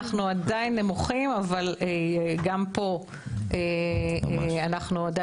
עדיין נמוכים אבל גם פה אנחנו יותר